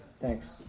Thanks